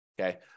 Okay